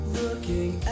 looking